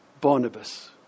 Barnabas